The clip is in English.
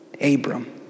Abram